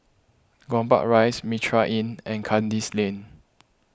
Gombak Rise Mitraa Inn and Kandis Lane